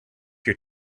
your